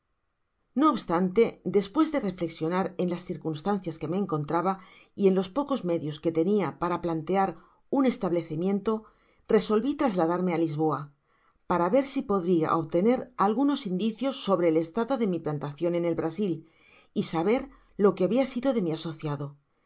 no obstante despues de reflexionar en las circunstancias que me encontraba y en los pocos medios que tenia para plantear un establecimiento resolvi trasladarme á lisboa para'ver ái podria obtener algunos indicios sobre el'estado'de nii plantacion en el brasil y saber lo que hábia sido de mi asociado el